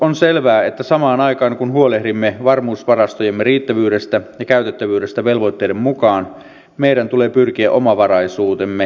on selvää että samaan aikaan kun huolehdimme varmuusvarastojemme riittävyydestä ja käytettävyydestä velvoitteiden mukaan meidän tulee pyrkiä omavaraisuutemme parantamiseen